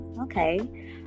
okay